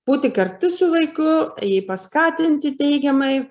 būti kartu su vaiku jį paskatinti teigiamai